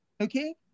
okay